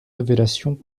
révélations